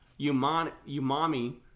umami